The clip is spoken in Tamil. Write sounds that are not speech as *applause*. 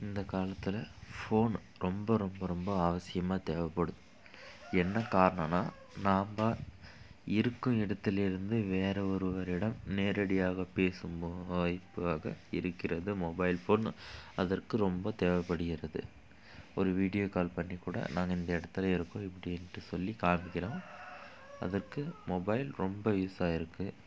இந்த காலத்தில் ஃபோன் ரொம்ப ரொம்ப ரொம்ப அவசியமாக தேவைப்படுது என்ன காரணோனால் நாம் இருக்கும் இடத்திலிருந்து வேறு ஒருவரிடம் நேரடியாக பேசும் *unintelligible* வாய்ப்பாக இருக்கிறது மொபைல் ஃபோன் அதற்கு ரொம்ப தேவைப்படுகிறது ஒரு வீடியோ கால் பண்ணிக்கூட நான் இந்த இடத்தில் இருக்கும் இப்படின்ட்டு சொல்லி காமிக்கலாம் அதற்கு மொபைல் ரொம்ப யூஸ் ஆயிருக்குது